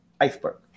Iceberg